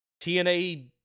TNA